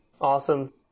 Awesome